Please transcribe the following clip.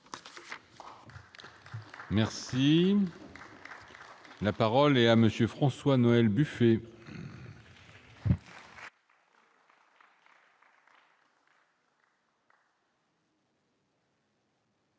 mission. La parole est à M. François-Noël Buffet.